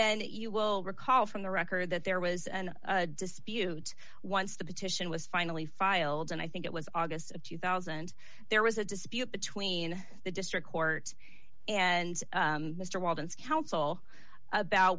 then you will recall from the record that there was an dispute once the petition was finally filed and i think it was august of two thousand there was a dispute between the district court and mr walton's counsel about